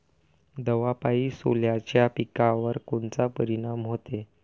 दवापायी सोल्याच्या पिकावर कोनचा परिनाम व्हते?